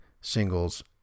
singles